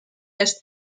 est